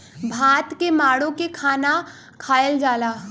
भात के माड़ो के खाना खायल जाला